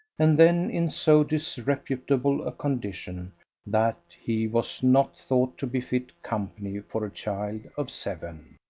and then in so disreputable a condition that he was not thought to be fit company for a child of seven.